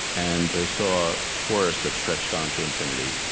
and they saw forests that stretched on to infinity.